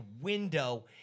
window